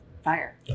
fire